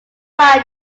fight